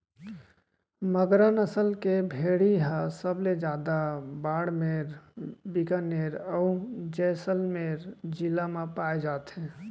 मगरा नसल के भेड़ी ह सबले जादा बाड़मेर, बिकानेर, अउ जैसलमेर जिला म पाए जाथे